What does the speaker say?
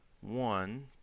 one